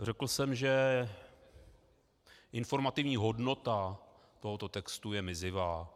Řekl jsem, že informativní hodnota tohoto textu je mizivá.